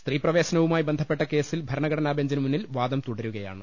സ്ത്രീ പ്രവേശനവുമായി ബന്ധപ്പെട്ട കേസിൽ ഭരണഘടനാ ബെഞ്ചിന് മുന്നിൽ വാദം തുടരുകയാണ്